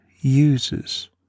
uses